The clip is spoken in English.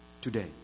today